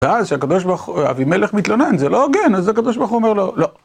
ואז כשהאבימלך מתלונן, זה לא הוגן, אז הקב'ה אומר לו לא.